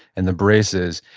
and the braces,